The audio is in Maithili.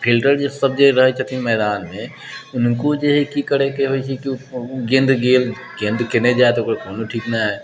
फिल्डर जे सब जे रहै छथिन मैदानमे हुनको जे हइ कि करैके होइ छै कि गेन्द गेल गेन्दके नहि जाए देलक कोनो ठीक नहि हइ